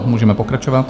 Můžeme pokračovat.